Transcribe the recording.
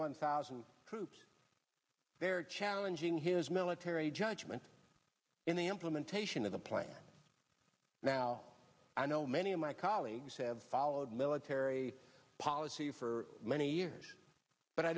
one thousand troops there challenging his military judgment in the implementation of the plan now i know many of my colleagues have followed military policy for many years but i